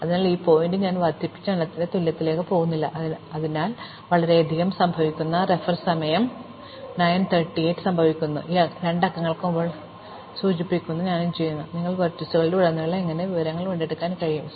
അതിനാൽ ഈ പോയിന്റ് ഞാൻ വർദ്ധിപ്പിച്ച എണ്ണത്തിന്റെ തുല്യത്തിലേക്ക് പോകുന്നില്ല അതിനിടയിൽ വളരെയധികം സംഭവിക്കുന്നു റഫർ സമയം 0938 ഇതിനിടയിൽ സംഭവിക്കുന്നു മാത്രമല്ല ഇത് ഈ 2 അക്കങ്ങൾക്ക് മുമ്പുള്ള ക്രമത്തെ സൂചിപ്പിക്കുന്നു ഞാനും പോസ്റ്റുചെയ്യുന്നു നിങ്ങൾ വെർട്ടീസുകളിൽ ഉടനീളം എനിക്ക് ധാരാളം വിവരങ്ങൾ വീണ്ടെടുക്കാൻ കഴിയും